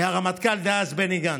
עם הרמטכ"ל דאז בני גנץ.